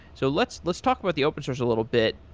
so let's let's talk about the open source a little bit.